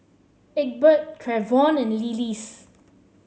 Egbert Trevon and Lillis